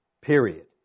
Period